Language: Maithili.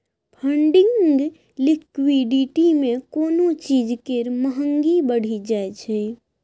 फंडिंग लिक्विडिटी मे कोनो चीज केर महंगी बढ़ि जाइ छै